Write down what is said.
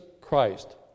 Christ